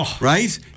Right